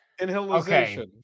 Inhalation